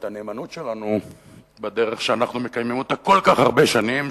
את הנאמנות שלנו בדרך שאנחנו מקיימים אותה כל כך הרבה שנים,